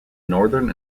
northern